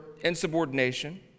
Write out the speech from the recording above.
insubordination